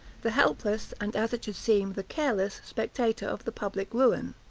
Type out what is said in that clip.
the helpless, and, as it should seem, the careless spectator of the public ruin.